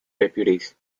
deputies